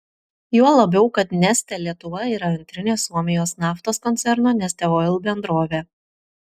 juo labiau kad neste lietuva yra antrinė suomijos naftos koncerno neste oil bendrovė